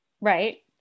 Right